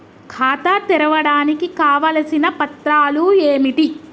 ఖాతా తెరవడానికి కావలసిన పత్రాలు ఏమిటి?